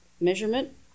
measurement